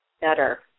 better